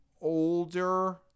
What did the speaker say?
older